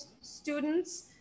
students